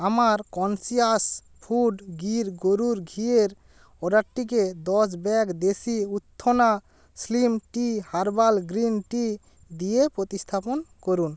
আমার conscious food Gir গরুর ঘিয়ের অর্ডারটিকে দশ ব্যাগ দেশি উত্থনা slim tea herbal green tea দিয়ে প্রতিস্থাপন করুন